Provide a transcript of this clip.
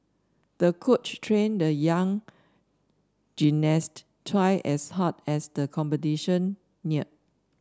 the coach trained the young gymnast twice as hard as the competition neared